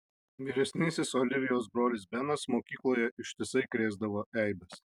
vyresnysis olivijos brolis benas mokykloje ištisai krėsdavo eibes